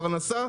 פרנסה.